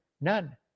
none